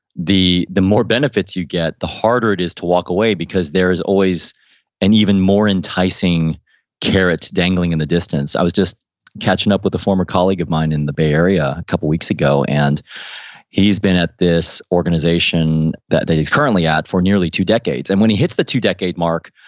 the the more benefits you get, the harder it is to walk away because there is always and even more enticing carrot dangling in the distance. i was just catching up with a former colleague of mine in the bay area a couple of weeks ago and he's been at this organization that that he's currently at for nearly two decades. and when he hits the two decade mark,